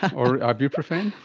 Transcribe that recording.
or ibuprofen?